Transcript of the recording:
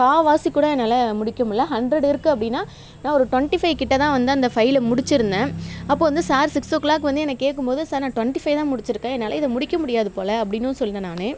கால்வாசிக்கூட என்னால் முடிக்க முடியல ஹண்ட்ரட் இருக்குது அப்படினா நான் ஒரு டூவண்டி ஃபைவ் கிட்டேதான் வந்து அந்த ஃபைல் முடித்திருந்தேன் அப்போ வந்து சார் சிக்ஸ் ஓ கிளாக் வந்து என்னை கேட்கும் போது சார் நான் டூவண்டி ஃபைவ் தான் முடித்திருக்கேன் என்னால் இத முடிக்க முடியாது போலே அப்படினு சொல்லியிருந்தேன் நான்